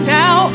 now